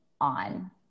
on